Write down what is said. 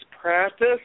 practice